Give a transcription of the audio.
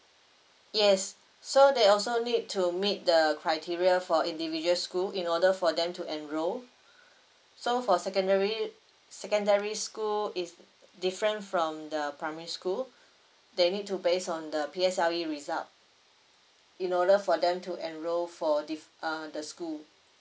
yes so they also need to meet the criteria for individuals school in order for them to enrol so for secondary secondary school is different from the primary school they need to based on the P_S_L_E result in order for them to enrol for diff~ uh the school